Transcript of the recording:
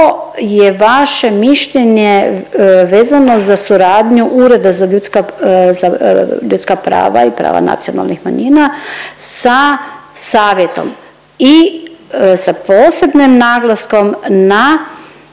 je vaše mišljenje vezano za suradnju Ureda za ljudska prava i prava nacionalnih manjina sa savjetom i sa posebnim naglaskom na